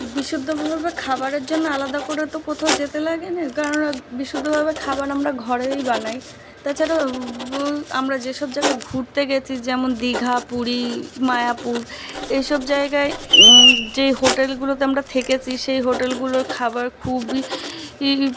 বিশুদ্ধভাবে খাবারের জন্য আলাদা করে তো কোথাও যেতে লাগে না কারন বিশুদ্ধভাবে খাবার আমরা ঘরেই বানাই তাছাড়া বু আমরা যেসব জায়গায় ঘুরতে গেছি যেমন দীঘা পুরী মায়াপুর এই সব জায়গায় যে হোটেলগুলোতে আমরা থেকেছি সেই হোটেলগুলোয় খাবার খুবই ই